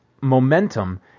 momentum